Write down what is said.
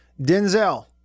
Denzel